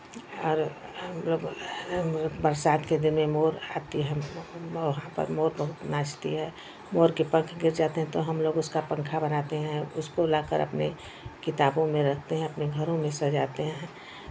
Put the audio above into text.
और हमलोग बरसात के दिन में मोर आती है वहाँ पर मोर बहुत नाचती है मोर के पंख गिर जाते हैं तो हमलोग उसका पंखा बनाते हैं उसको लाकर अपने किताबो में रखते हैं अपने घरों में सजाते हैं